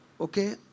okay